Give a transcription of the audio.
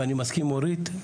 ואני מסכים עם אורית,